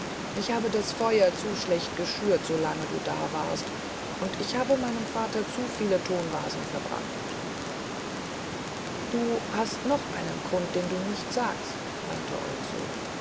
ich habe das feuer zu schlecht geschürt so lange du da warst und ich habe meinem vater zu viele tonvasen verbrannt du hast noch einen grund den du nicht sagst meinte